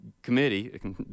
Committee